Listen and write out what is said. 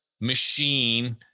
machine